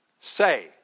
say